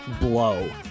blow